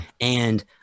And-